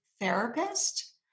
therapist